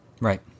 Right